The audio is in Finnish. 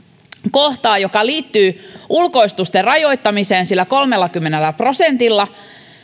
kohtaa joka liittyy ulkoistusten rajoittamiseen kolmellakymmenellä prosentilla